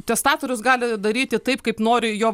testatorius gali daryti taip kaip nori jo